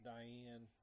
Diane